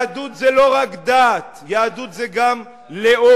שמעת, יהדות זה לא רק דת, יהדות זה גם לאום,